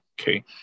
okay